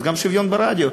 אז גם שוויון ברדיו,